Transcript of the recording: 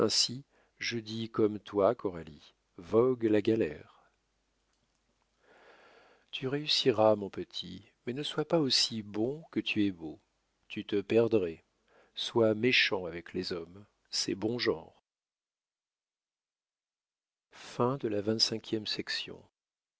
je dis comme toi coralie vogue la galère tu réussiras mon petit mais ne sois pas aussi bon que tu es beau tu te perdrais sois méchant avec les hommes c'est bon genre